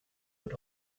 wird